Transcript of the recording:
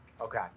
Okay